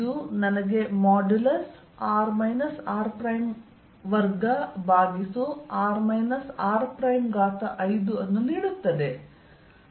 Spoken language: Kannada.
ಇದು ನನಗೆ ಮಾಡ್ಯುಲಸ್ r r2 ಭಾಗಿಸು r r5 ಅನ್ನು ನೀಡುತ್ತದೆ ಮತ್ತು ಇದು 0